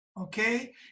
Okay